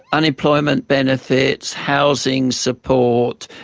unemployment benefits, housing support,